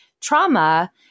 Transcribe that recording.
trauma